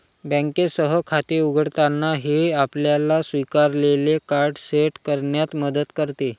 बँकेसह खाते उघडताना, हे आपल्याला स्वीकारलेले कार्ड सेट करण्यात मदत करते